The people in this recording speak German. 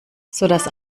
sodass